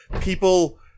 people